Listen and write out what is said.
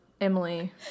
Emily